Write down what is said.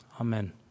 amen